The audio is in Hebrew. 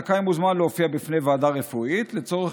הזכאי מוזמן להופיע בפני ועדה רפואית לצורך